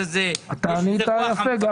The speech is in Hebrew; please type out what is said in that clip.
אתה ענית יפה.